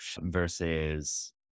versus